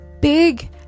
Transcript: big